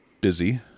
busy